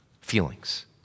feelings